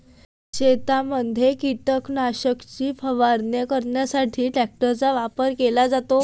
शेतीमध्ये कीटकनाशक फवारणीसाठी ट्रॅक्टरचा वापर केला जातो